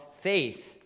Faith